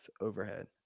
overhead